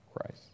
Christ